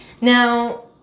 Now